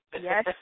Yes